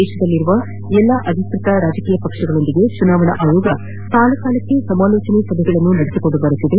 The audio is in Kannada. ದೇಶದಲ್ಲಿರುವ ಎಲ್ಲಾ ಅಧಿಕೃತ ರಾಜಕೀಯ ಪಕ್ಷಗಳೊಂದಿಗೆ ಚುನಾವಣಾ ಆಯೋಗ ಕಾಲ ಕಾಲಕ್ಕೆ ಸಮಾಲೋಚನಾ ಸಭೆಗಳನ್ನು ನಡೆಸಿಕೊಂಡು ಬರುತ್ತಿದೆ